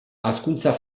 hazkuntza